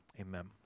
Amen